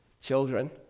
Children